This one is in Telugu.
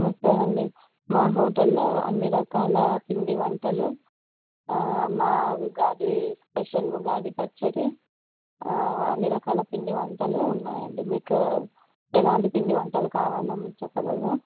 నమస్తే అండి మా హోటల్లో అన్ని రకాల పిండి వంటలు మా ఉగాది స్పెషల్ ఉగాది పచ్చడి అన్ని రకాల పిండి వంటలు ఉన్నాయండి మీకు ఎలాంటి పిండి వంటలు కావాలో చెప్పగలరా